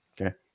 Okay